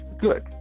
Good